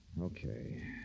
Okay